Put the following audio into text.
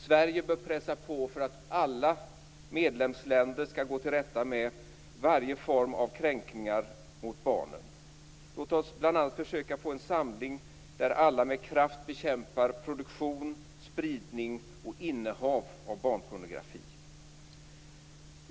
Sverige bör pressa på för att alla medlemsländer skall komma till rätta med varje form av kränkning mot barnen. Låt oss bl.a. försöka få en samling där alla med kraft bekämpar produktion, spridning och innehav av barnpornografi!